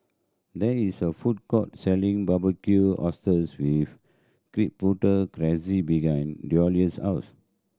there is a food court selling Barbecued Oysters with Chipotle Glaze behind Douglas' house